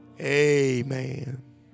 Amen